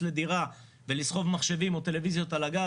לדירה ולסחוב מחשבים או טלוויזיות על הגב,